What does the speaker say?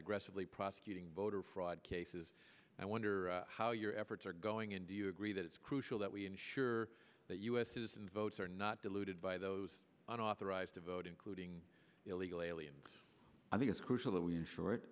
aggressively prosecuting voter fraud cases and i wonder how your efforts are going and do you agree that it's crucial that we ensure that u s citizens votes are not diluted by those authorized to vote including illegal aliens i think it's crucial that we